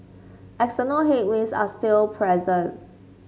external headwinds are still present